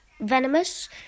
venomous